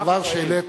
הדבר שהעלית,